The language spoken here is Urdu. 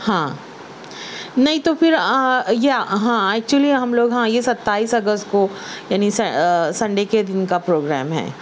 ہاں نہیں تو پھر یا ہاں ایکچولی ہم لوگ ہاں یہ ستائیس اگست کو یعنی سنڈے کے دن کا پروگرام ہے